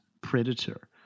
predator